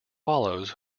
follows